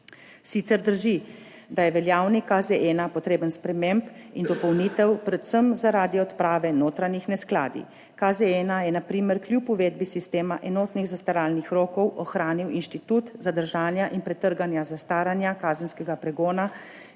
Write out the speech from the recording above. Sicer drži, da je veljavni KZ-1 potreben sprememb in dopolnitev, predvsem zaradi odprave notranjih neskladij. KZ-1 je na primer kljub uvedbi sistema enotnih zastaralnih rokov ohranil institut zadržanja in pretrganja zastaranja kazenskega pregona,